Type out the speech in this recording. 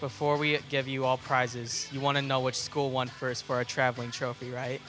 before we give you all prizes you want to know which school won first for a travelling trophy right